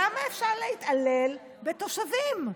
כמה אפשר להתעלל בתושבים?